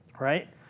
right